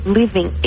living